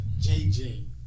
JJ